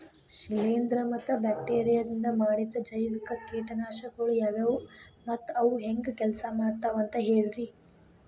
ಶಿಲೇಂಧ್ರ ಮತ್ತ ಬ್ಯಾಕ್ಟೇರಿಯದಿಂದ ಮಾಡಿದ ಜೈವಿಕ ಕೇಟನಾಶಕಗೊಳ ಯಾವ್ಯಾವು ಮತ್ತ ಅವು ಹೆಂಗ್ ಕೆಲ್ಸ ಮಾಡ್ತಾವ ಅಂತ ಹೇಳ್ರಿ?